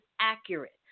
accurate